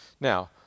Now